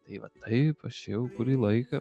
tai va taip aš čia jau kurį laiką